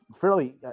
fairly